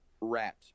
Rat